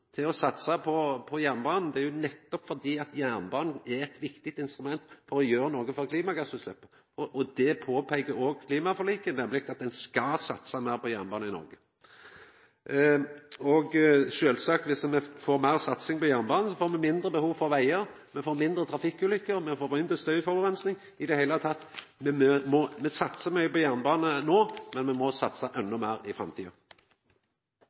til å satsa på jernbanen, er nettopp det at jernbanen er eit viktig instrument for å gjera nok med klimagassutsleppa. Det påpeiker ein òg i klimaforliket, nemleg at ein skal satsa meir på jernbane i Noreg. Om me får meir satsing på jernbanen, får me sjølvsagt mindre behov for vegar, me får færre trafikkulykker, og me får mindre støyforureining – i det heile satsar me mykje på jernbanen no, men me må satsa endå meir i framtida.